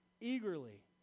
Eagerly